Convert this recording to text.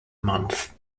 month